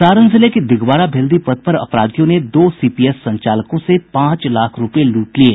सारण जिले के दिघवारा भेल्दी पथ पर अपराधियों ने दो सीपीएस संचालकों से पांच लाख रुपये लूट लिये